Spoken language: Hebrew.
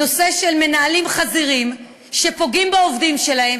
נושא של מנהלים חזירים שפוגעים בעובדים שלהם,